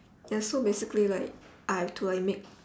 ya so basically like I have to like make